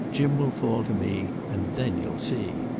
jim will fall to me. and then you'll see.